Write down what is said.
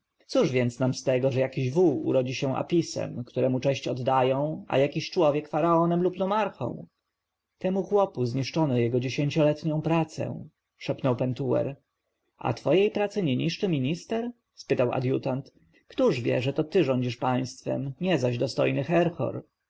cóż więc nam z tego że jakiś wół urodzi się apisem któremu cześć oddają a jakiś człowiek faraonem lub nomarchą temu chłopu zniszczono jego dziesięcioletnią pracę szepnął pentuer a twojej pracy nie niszczy minister spytał adiutant któż wie że to ty rządzisz państwem nie zaś dostojny herhor